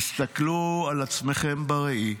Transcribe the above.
תסתכלו על עצמכם בראי.